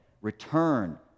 return